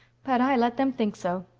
but i let them think so.